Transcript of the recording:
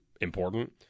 important